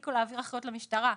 תפסיקו להעביר אחריות למשטרה,